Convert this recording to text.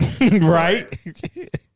Right